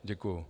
Děkuju.